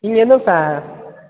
நீங்கள் எதுவும் ச